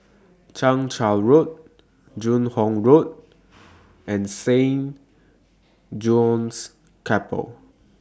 Chang Charn Road Joo Hong Road and Saint John's Chapel